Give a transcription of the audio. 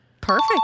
Perfect